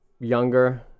Younger